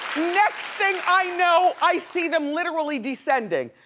next thing i know, i see them literally descending,